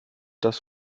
das